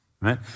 Right